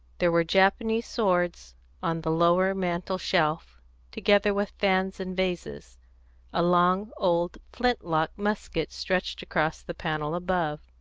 there were japanese swords on the lowest mantel-shelf, together with fans and vases a long old flint-lock musket stretched across the panel above.